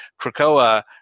Krakoa